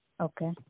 Okay